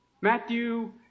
Matthew